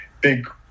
big